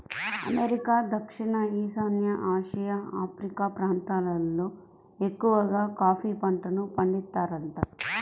America, దక్షిణ ఈశాన్య Asia, Africa ప్రాంతాలల్లో ఎక్కవగా కాఫీ పంటను పండిత్తారంట